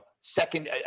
second